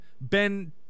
Ben